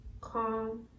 calm